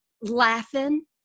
laughing